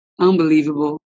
unbelievable